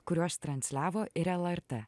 kuriuos transliavo ir lrt